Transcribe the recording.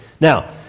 Now